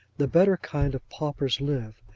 the better kind of paupers live.